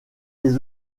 les